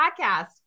podcast